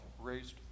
raised